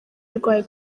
arwaye